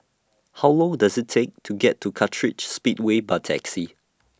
How Long Does IT Take to get to Kartright Speedway By Taxi